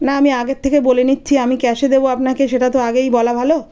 না আমি আগে থেকে বলি নিচ্ছি আমি ক্যাশে দেব আপনাকে সেটা তো আগেই বলা ভালো